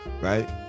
Right